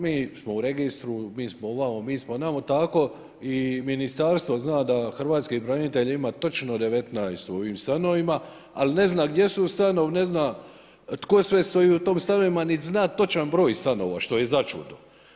Mi smo u registru, mi smo ovamo, mi smo onamo, tako i ministarstvo zna da hrvatskih branitelja ima točno 19 u ovim stanovima, ali ne zna gdje su stanovi, ne zna tko sve stoji u tim stanovima niti zna točan broj stanova, što je začudo.